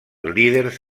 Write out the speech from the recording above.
líders